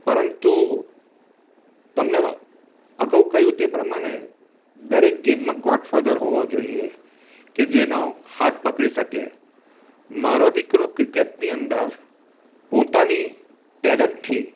પરંતુ તમને તમને આગાઉ કહ્યું તે પ્રમાણે દરેક ગેમમાં ગોડફાધર હોવો જોઈએ કે જેનો હાથ પકડી શકે મારો દિકરો ક્રિકેટની અંદર પોતાની ટેલેન્ટથી